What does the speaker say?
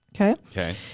Okay